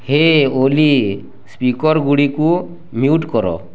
ହେ Ollie ସ୍ପିକର୍ଗୁଡ଼ିକୁ mute କର